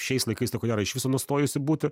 šiais laikais tai ko gero iš viso nustojusi būti